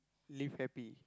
live happy